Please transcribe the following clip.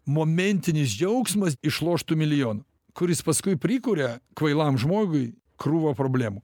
momentinis džiaugsmas išloštų milijonų kuris paskui prikuria kvailam žmogui krūvą problemų